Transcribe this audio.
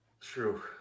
True